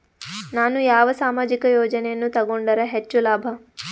ನಾನು ಯಾವ ಸಾಮಾಜಿಕ ಯೋಜನೆಯನ್ನು ತಗೊಂಡರ ಹೆಚ್ಚು ಲಾಭ?